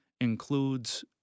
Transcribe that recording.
includes